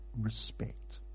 respect